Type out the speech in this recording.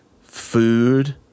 food